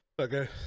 Okay